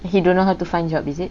he don't know how to find job is it